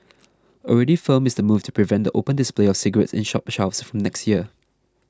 already firm is the move to prevent the open display of cigarettes in shop shelves from next year